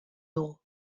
dugu